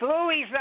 Louis